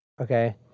okay